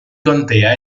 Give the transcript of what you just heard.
contea